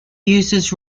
uses